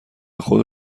خود